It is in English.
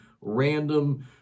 random